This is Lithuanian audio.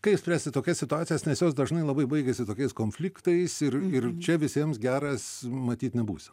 kaip spręsti tokias situacijas nes jos dažnai labai baigiasi tokiais konfliktais ir ir čia visiems geras matyt nebūsi